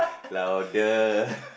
louder